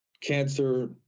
cancer